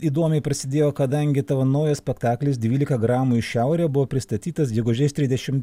įdomiai prasidėjo kadangi tavo naujas spektaklis dvylika gramų į šiaurę buvo pristatytas gegužės trisdešim